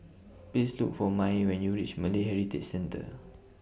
Please Look For Mai when YOU REACH Malay Heritage Centre